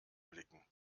blicken